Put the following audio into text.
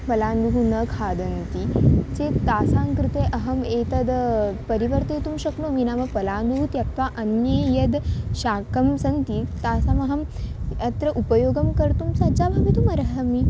पलाण्डुं न खादन्ति चेत् तासां कृते अहम् एतद् परिवर्तयितुं शक्नोमि नाम पलाण्डुं त्यक्त्वा अन्ये यद् शाकं सन्ति तासाम् अहम् अत्र उपयोगं कर्तुं सज्जा भवितुम् अर्हामि